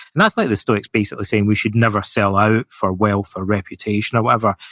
and that's like the stoics basically saying we should never sell out for wealth or reputation or whatever.